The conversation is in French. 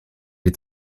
est